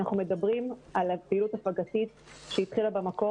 אנחנו מדברים על פעילות הפגתית שהתחילה במקור